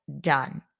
done